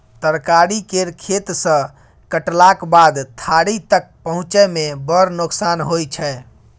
तरकारी केर खेत सँ कटलाक बाद थारी तक पहुँचै मे बड़ नोकसान होइ छै